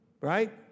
Right